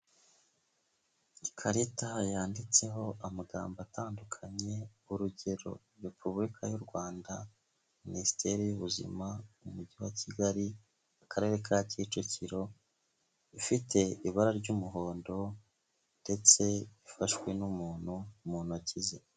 Ikarita yanditseho amagambo atandukanye, urugero: Repubulika y'u Rwanda, Minisiteri y'ubuzima, Umujyi wa Kigali, Akarere ka Kicukiro, ifite ibara ry'umuhondo ndetse ifashwe n'umuntu mu ntoki ze.